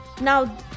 Now